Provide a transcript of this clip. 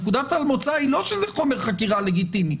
נקודת המוצא היא לא שזה חומר חקירה לגיטימי,